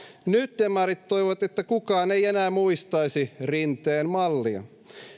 nyt demarit toivovat että kukaan ei enää muistaisi rinteen mallia